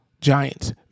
Giants